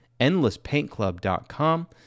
EndlessPaintClub.com